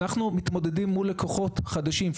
אנחנו מתמודדים מול לקוחות חדשים,